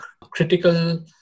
critical